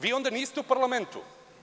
Vi onda niste u parlamentu.